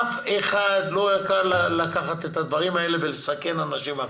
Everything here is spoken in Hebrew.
אף אחד לא יכול לקחת את הדברים האלה ולסכן אנשים אחרים,